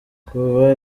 kuva